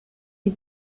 die